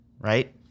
right